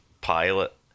pilot